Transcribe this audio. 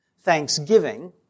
thanksgiving